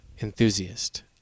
enthusiast